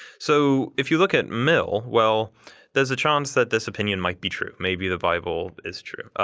so if you look at mill, well there's a chance that this opinion might be true, maybe the bible is true.